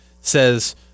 says